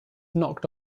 knocked